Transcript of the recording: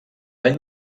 anys